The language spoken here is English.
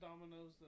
dominoes